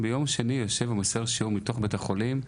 ביום שני יושב ומוסר שיעור מתוך בית החולים,